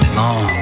long